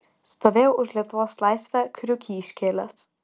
stovėjau už lietuvos laisvę kriukį iškėlęs